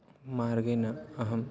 मार्गेण अहं